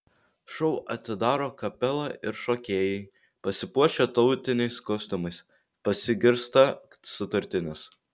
šou atidaro kapela ir šokėjai pasipuošę tautiniais kostiumais pasigirsta sutartinės